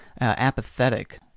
apathetic